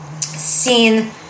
seen